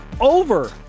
Over